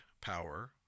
power